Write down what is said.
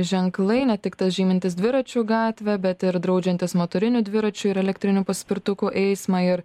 ženklai ne tik tas žymintis dviračių gatvę bet ir draudžiantys motorinių dviračių ir elektrinių paspirtukų eismą ir